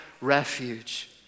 refuge